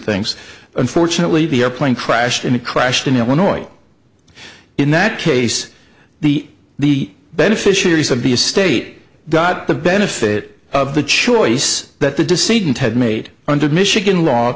things unfortunately the airplane crashed and it crashed in illinois in that case the the beneficiaries of the state got the benefit of the choice that the deceit had made under the michigan law